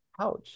ouch